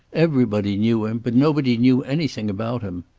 everybody knew him but nobody knew anything about him.